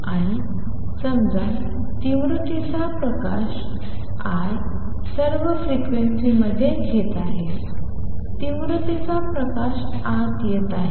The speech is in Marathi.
आणि समजा तीव्रतेचा प्रकाश I सर्व फ्रिक्वेन्सीमध्ये घेत आहे तीव्रतेचा प्रकाश आत येत आहे